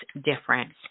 different